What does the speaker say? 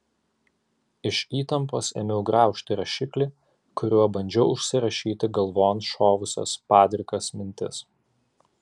iš įtampos ėmiau graužti rašiklį kuriuo bandžiau užsirašyti galvon šovusias padrikas mintis